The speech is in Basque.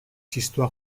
txistua